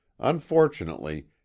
unfortunately